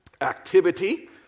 activity